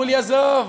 ואמרו לי: עזוב,